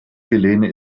helene